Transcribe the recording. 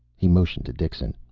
he motioned to dixon.